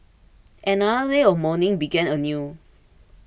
and another day of mourning began anew